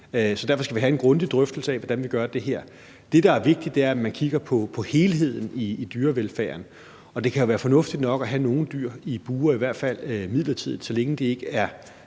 derfor skal vi have en grundig drøftelse af, hvordan vi gør det her. Det, der er vigtigt, er, at vi kigger på helheden i forhold til dyrevelfærden. Det kan jo være fornuftigt nok at have nogle dyr i bure, i hvert fald midlertidigt, så længe det ikke er